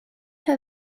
her